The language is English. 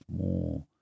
more